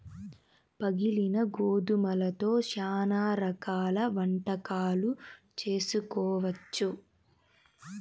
పగిలిన గోధుమలతో శ్యానా రకాల వంటకాలు చేసుకోవచ్చు